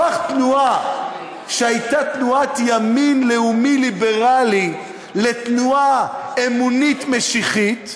הפך תנועה שהייתה תנועת ימין לאומי ליברלי לתנועה אמונית משיחית,